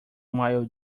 while